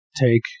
take